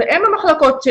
והם המחלקות,